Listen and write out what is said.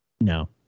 No